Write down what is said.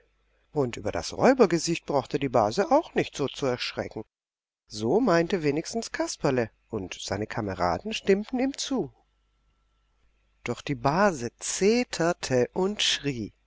und über das räubergesicht brauchte die base auch nicht so zu erschrecken so meinte wenigstens kasperle und seine kameraden stimmten ihm zu doch die base zeterte und schrie